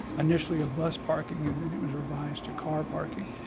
initially a bus parking and then it was revised to car parking.